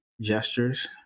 gestures